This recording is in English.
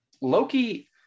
Loki